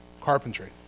carpentry